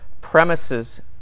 premises